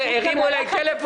מזל שפתאום הרימו אליי טלפון,